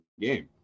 game